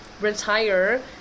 retire –